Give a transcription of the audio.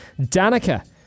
Danica